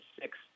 six